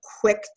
quick